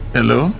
Hello